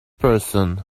person